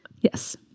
Yes